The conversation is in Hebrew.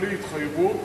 בלי התחייבות.